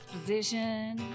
position